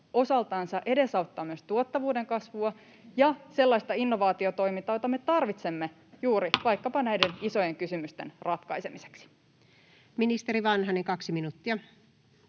osaltansa edesauttaa myös tuottavuuden kasvua ja sellaista innovaatiotoimintaa, jota me tarvitsemme juuri nyt vaikkapa näiden isojen kysymysten ratkaisemiseksi. [Speech 69] Speaker: Anu